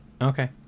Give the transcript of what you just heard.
okay